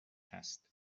هست